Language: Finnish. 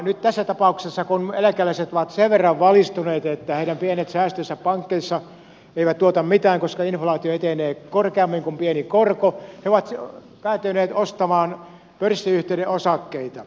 nyt tässä tapauksessa kun eläkeläiset ovat sen verran valistuneita että heidän pienet säästönsä pankeissa eivät tuota mitään koska inflaatio etenee korkeammin kuin pieni korko he ovat päätyneet ostamaan pörssiyhtiöiden osakkeita